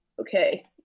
okay